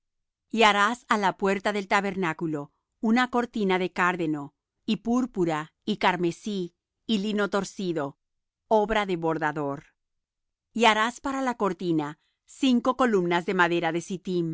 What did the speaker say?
y harás á la puerta del tabernáculo una cortina de cárdeno y púrpura y carmesí y lino torcido obra de bordador y harás para la cortina cinco columnas de madera de